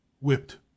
WHIPPED